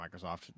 Microsoft